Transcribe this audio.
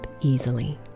easily